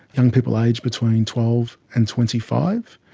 young people aged between twelve and twenty five.